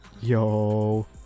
Yo